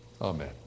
Amen